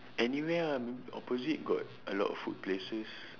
anywhere ah opposite got a lot of food places